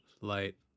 light